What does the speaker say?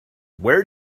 where